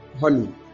honey